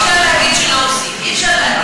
אי-אפשר להגיד שלא עושים.